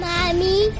Mommy